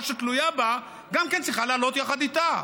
שתלויה בה גם כן צריכה לעלות יחד איתה,